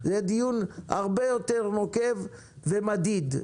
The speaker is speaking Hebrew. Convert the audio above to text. יהיה דיון הרבה יותר נוקב ומדיד.